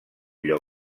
lloc